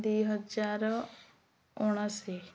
ଦୁଇ ହଜାର ଉଣେଇଶୀ